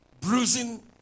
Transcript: bruising